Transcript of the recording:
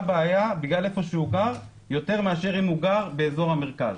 בעיה בגלל המקום שבו הוא גר יותר מאשר אם הוא גר באזור המרכז?